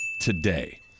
today